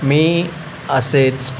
मी असेच